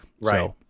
Right